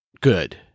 good